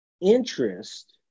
interest